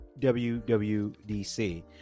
wwdc